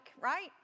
right